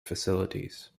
facilities